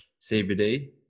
CBD